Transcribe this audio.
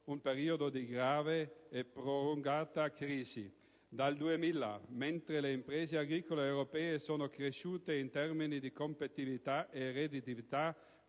un periodo di grave e prolungata crisi. Dal 2000, mentre le imprese agricole europee sono cresciute in termini di competitività e redditività,